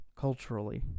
culturally